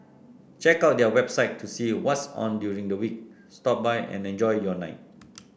check out their website to see what's on during the week stop by and enjoy your night